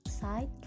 side